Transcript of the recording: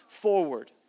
forward